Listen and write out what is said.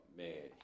man